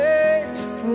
Safe